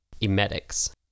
Emetics